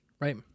right